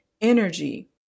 energy